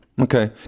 okay